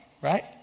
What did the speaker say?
Right